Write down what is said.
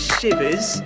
Shivers